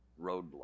roadblock